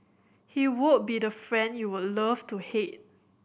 he would be the friend you would love to hate